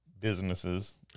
businesses